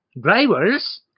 drivers